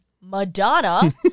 Madonna